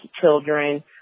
children